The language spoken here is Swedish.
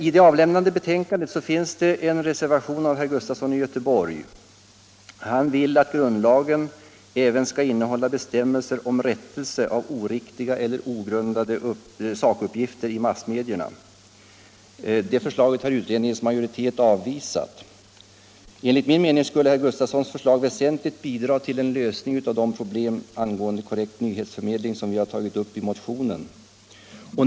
I det avlämnade betänkandet finns en reservation av herr Sven Gustafson i Göteborg. Han vill att grundlagen även skall innehålla bestämmelser om rättelse av oriktiga eller ogrundade sakuppgifter i massmedier. Det förslaget har utredningens majoritet avvisat. Enligt min mening skulle herr Gustafsons förslag väsentligt bidra till en lösning av de problem angående korrekt nyhetsförmedling som vi tagit upp i motionen.